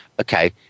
okay